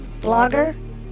blogger